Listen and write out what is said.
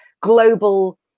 global